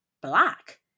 black